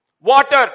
water